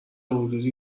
حدودی